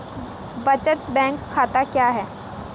बचत बैंक खाता क्या है?